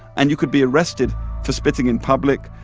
and you could be arrested for spitting in public.